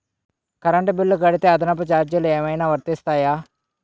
Current bill కడితే అదనపు ఛార్జీలు ఏమైనా వర్తిస్తాయా?